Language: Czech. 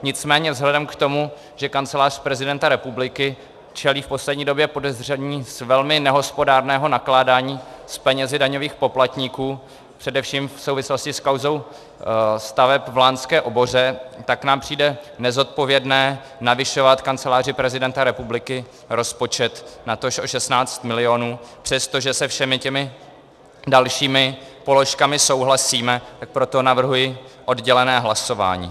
Nicméně vzhledem k tomu, že Kancelář prezidenta republiky čelí v poslední době podezření z velmi nehospodárného nakládání s penězi daňových poplatníků, především v souvislosti s kauzou staveb v lánské oboře, tak nám přijde nezodpovědné navyšovat Kanceláři prezidenta republiky rozpočet, natož o 16 mil., přesto, že s těmi dalšími položkami souhlasíme, tak proto navrhuji oddělené hlasování.